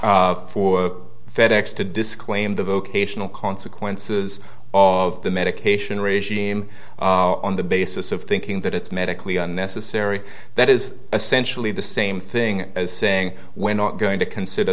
is for fed ex to disclaim the vocational consequences of the medication regime on the basis of thinking that it's medically unnecessary that is essentially the same thing as saying we're not going to consider